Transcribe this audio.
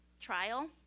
trial